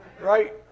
right